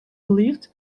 lived